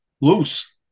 loose